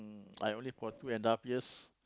I only got two and a half years